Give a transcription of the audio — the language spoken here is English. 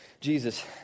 Jesus